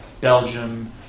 Belgium